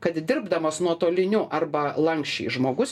kad dirbdamas nuotoliniu arba lanksčiai žmogus